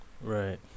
Right